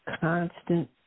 Constant